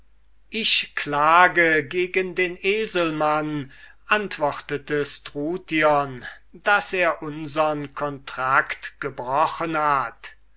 ich klage gegen den eselmann antwortete struthion daß er unsern contract gebrochen hat